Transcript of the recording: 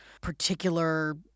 particular